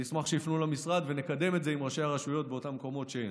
אני אשמח שיפנו למשרד ונקדם את זה עם ראשי הרשויות באותם מקומות שאין.